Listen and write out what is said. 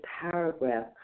paragraph